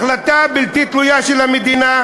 החלטה בלתי תלויה של המדינה